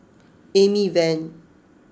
Amy Van